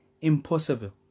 impossible